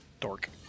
Dork